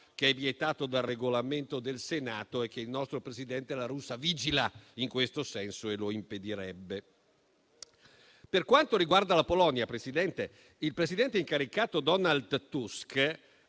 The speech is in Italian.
che è vietato dal Regolamento del Senato e che il nostro presidente La Russa vigila in questo senso e lo impedirebbe. Per quanto riguarda la Polonia, signor Presidente, il presidente incaricato Donald Tusk